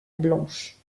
blanche